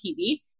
TV